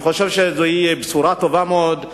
אני חושב שזו בשורה טובה מאוד.